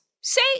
say